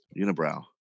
Unibrow